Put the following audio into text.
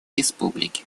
республики